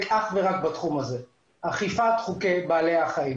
אך ורק בתחום אכיפת חוקי בעלי החיים